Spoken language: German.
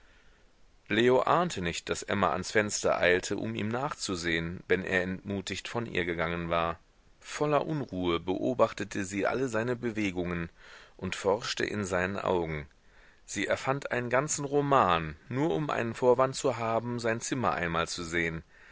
leo ahnte nicht daß emma ans fenster eilte um ihm nachzusehen wenn er entmutigt von ihr gegangen war voller unruhe beobachtete sie alle seine bewegungen und forschte in seinen augen sie erfand einen ganzen roman nur um einen vorwand zu haben sein zimmer einmal zu sehen